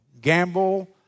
gamble